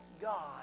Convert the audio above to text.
God